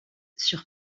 sur